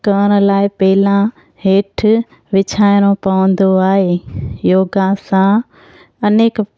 करण लाइ पहिलां हेठि विछाइणो पवंदो आहे योगा सां अनेक